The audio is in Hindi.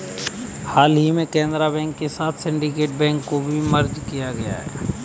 हाल ही में केनरा बैंक के साथ में सिन्डीकेट बैंक को मर्ज किया गया है